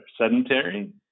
sedentary